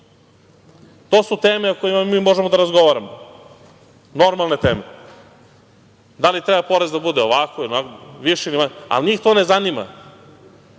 To su teme o kojima mi možemo da razgovaramo. Normalne teme. Da li treba porez da bude ovako ili onako,